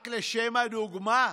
רק לשם הדוגמה,